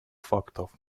фактов